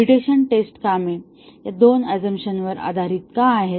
mutation test कामे या दोन ऑझूमशनवर आधारित का आहेत